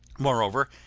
moreover,